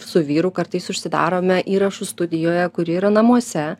su vyru kartais užsidarome įrašų studijoje kuri yra namuose